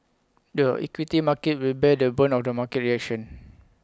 the equity market will bear the brunt of the market reactions